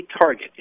target